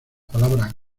palabra